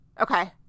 Okay